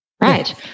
Right